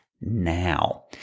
now